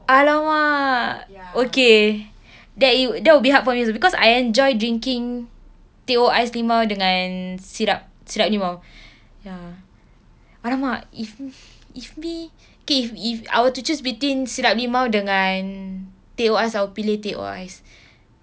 !alamak! okay that that will be hard for me also because I enjoy drinking teh O ais limau dengan syrup syrup limau ya !alamak! if if me K if if I were to choose between syrup limau dengan teh O ice I will pilih teh O ice